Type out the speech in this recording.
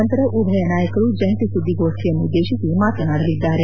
ನಂತರ ಉಭಯ ನಾಯಕರು ಜಂಟಿ ಸುದ್ದಿಗೋಷ್ಟಿಯನ್ನು ಉದ್ದೇಶಿಸಿ ಮಾತನಾಡಲಿದ್ದಾರೆ